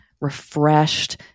refreshed